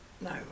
no